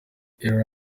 ira